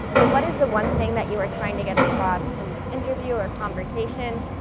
but what is the one thing that you are trying to get across in this interview or a conversation?